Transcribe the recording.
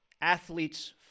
athlete's